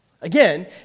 Again